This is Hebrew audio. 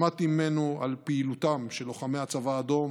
שמעתי ממנו על פעילותם של לוחמי הצבא האדום